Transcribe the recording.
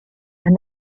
and